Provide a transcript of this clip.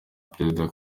perezida